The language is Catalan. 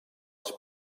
els